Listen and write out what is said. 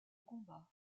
combat